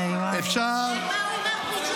--- הם באו עם אר.